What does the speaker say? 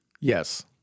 Yes